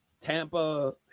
Tampa